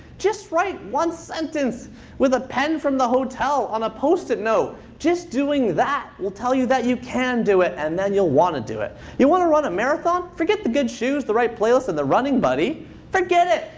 just write one sentence with a pen from the hotel on a post-it note. just doing that will tell you that you can do it, and then you'll want to do it. you want to run a marathon? forget the good shoes, the right playlist, and the running buddy forget it.